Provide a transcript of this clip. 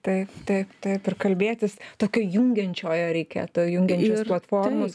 taip taip taip ir kalbėtis tokio jungiančiojo reikėtų jungiančios platformos